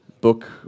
book